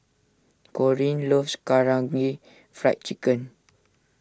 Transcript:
Corene loves Karaage Fried Chicken